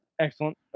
excellent